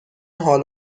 حال